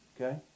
Okay